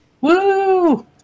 Woo